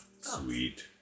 Sweet